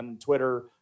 Twitter